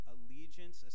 Allegiance